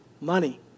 money